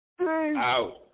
Out